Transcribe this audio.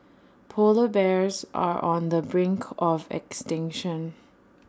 Polar Bears are on the brink of extinction